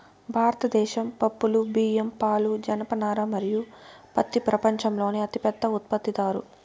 భారతదేశం పప్పులు, బియ్యం, పాలు, జనపనార మరియు పత్తి ప్రపంచంలోనే అతిపెద్ద ఉత్పత్తిదారు